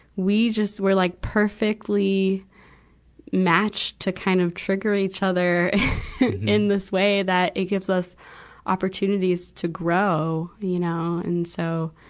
we just were like perfectly matched to kind of trigger each other in this way that it gives us opportunities to grow, you know. and so,